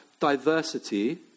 diversity